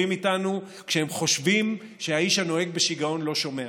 איתנו כשהם חושבים שהאיש הנוהג בשיגעון לא שומע,